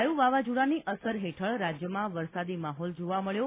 વાય્ર વાવાઝોડાની અસર હેઠળ રાજ્યમાં વરસાદી માહોલ જોવા મળ્યો